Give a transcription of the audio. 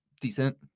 decent